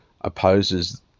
opposes